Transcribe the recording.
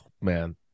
man